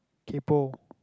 kaypo